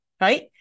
right